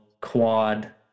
quad